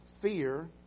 fear